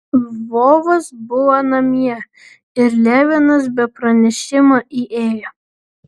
lvovas buvo namie ir levinas be pranešimo įėjo